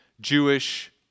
Jewish